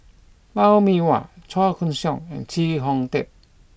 Lou Mee Wah Chua Koon Siong and Chee Kong Tet